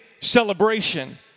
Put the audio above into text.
celebration